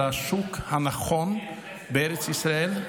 לשוק הנכון בארץ ישראל,